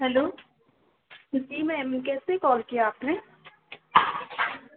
hello जी ma'am कैसे call किया आपने